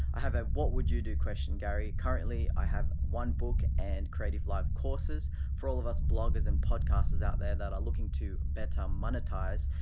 i have a what would you do question, gary. currently i have one book and creativelive courses for all of us bloggers and podcasters out there that are looking to better um monetize.